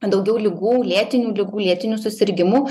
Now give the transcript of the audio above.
daugiau ligų lėtinių ligų lėtinių susirgimų